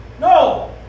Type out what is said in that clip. No